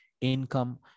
income